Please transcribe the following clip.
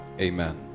Amen